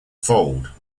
fold